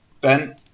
Ben